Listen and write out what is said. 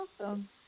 Awesome